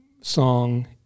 song